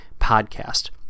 podcast